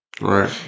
Right